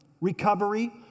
recovery